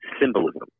symbolism